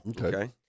Okay